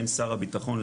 בין שר הבטחון,